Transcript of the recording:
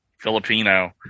Filipino